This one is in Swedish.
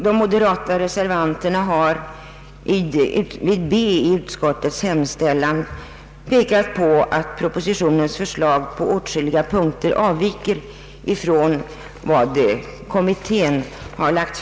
De moderata reservanterna har vid B i utskottets hemställan pekat på att propositionens förslag i åtskilliga punkter avviker från vad kommittén föreslagit.